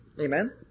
Amen